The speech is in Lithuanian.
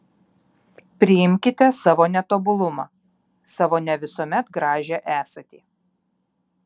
priimkite savo netobulumą savo ne visuomet gražią esatį